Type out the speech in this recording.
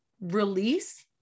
release